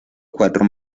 cuatro